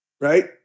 Right